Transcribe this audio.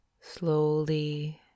slowly